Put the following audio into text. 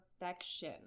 Perfection